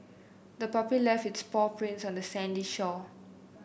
the puppy left its paw prints on the sandy shore